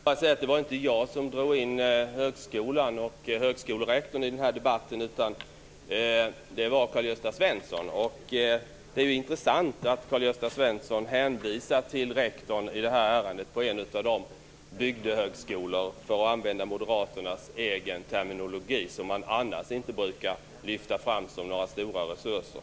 Fru talman! Det var inte jag som drog in högskolan och högskolerektorn i den här debatten, utan det var Karl-Gösta Svenson. Det är ju intressant att Karl Gösta Svenson i det här ärendet hänvisar till rektorn för en av de bygdehögskolor - för att använda moderaternas egen terminologi - som de annars inte brukar lyfta fram som några stora resurser.